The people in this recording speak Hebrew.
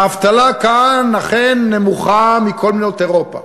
האבטלה כאן אכן נמוכה מבכל מדינות אירופה.